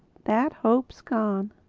that hope's gone.